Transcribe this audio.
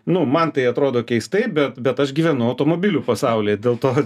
nu man tai atrodo keistai bet bet aš gyvenu automobilių pasaulyje dėl to